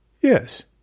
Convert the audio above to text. Yes